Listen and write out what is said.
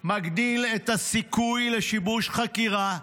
מגדיל את הסיכוי לשיבוש חקירה,